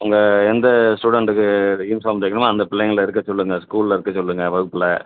உங்கள் எந்த ஸ்டூடெண்ட்டுக்கு யூனிஃபார்ம் தைக்கணுமோ அந்த பிள்ளைங்களை இருக்கச் சொல்லுங்கள் ஸ்கூல்ல இருக்கச் சொல்லுங்கள் வகுப்பில்